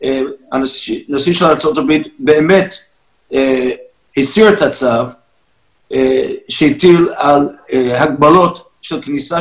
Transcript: נשיא ארה"ב באמת הסיר את הצו שהטיל הגבלות כניסה